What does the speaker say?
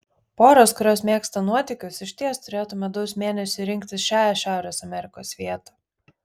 poros kurios mėgsta nuotykius išties turėtų medaus mėnesiui rinktis šią šiaurės amerikos vietą